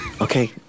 okay